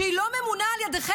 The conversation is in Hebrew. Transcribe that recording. שהיא לא ממונה על ידיכם,